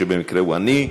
שבמקרה הוא אני.